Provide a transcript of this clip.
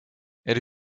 elle